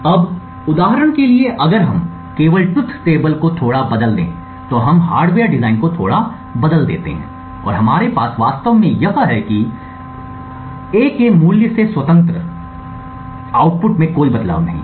अब उदाहरण के लिए अगर हम केवल ट्रुथ टेबल को थोड़ा बदल दे तो हम हार्डवेयर डिज़ाइन को थोड़ा बदल देते हैं और हमारे पास वास्तव में यह है और जो हम यहाँ देखते हैं वह यह है कि A के मूल्य से स्वतंत्र आउटपुट में कोई बदलाव नहीं है